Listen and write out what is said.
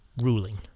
ruling